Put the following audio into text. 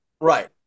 Right